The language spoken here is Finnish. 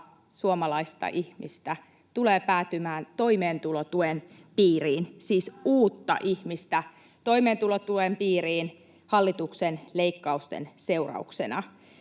suomalaista ihmistä tulee päätymään toimeentulotuen piiriin, siis 100 000 uutta ihmistä toimeentulotuen piiriin hallituksen leik-kausten seurauksena.